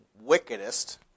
wickedest